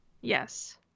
Yes